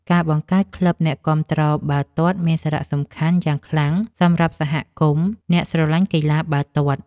ការបង្កើតក្លឹបអ្នកគាំទ្របាល់ទាត់មានសារៈសំខាន់យ៉ាងខ្លាំងសម្រាប់សហគមន៍អ្នកស្រលាញ់កីឡាបាល់ទាត់។